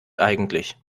eigentlich